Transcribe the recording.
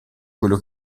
quello